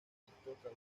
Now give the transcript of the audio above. estricto